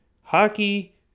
hockey